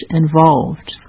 involved